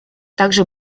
также